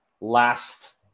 last